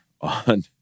on